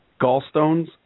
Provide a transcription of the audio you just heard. Gallstones